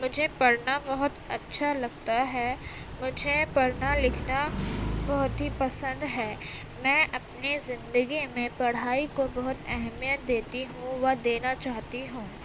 مجھے پڑھنا بہت اچھا لگتا ہے مجھے پڑھنا لکھنا بہت ہی پسند ہے میں اپنے زندگی میں پڑھائی کو بہت اہمیت دیتی ہوں و دینا چاہتی ہوں